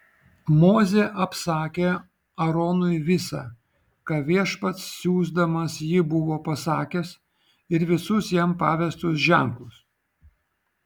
mozė apsakė aaronui visa ką viešpats siųsdamas jį buvo pasakęs ir visus jam pavestus ženklus